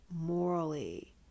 morally